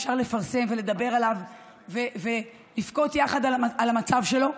אפשר לפרסם ולדבר עליו ולבכות יחד על המצב שלו,